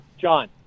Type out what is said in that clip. John